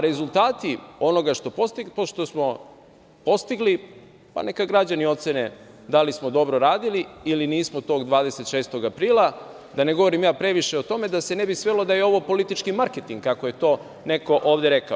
Rezultati onoga što smo postigli, pa neka građani ocene da li smo dobro radili ili nismo tog 26. aprila, da ne govorim ja previše o tome da se ne bi svelo da je ovo politički marketing kako je to neko ovde rekao.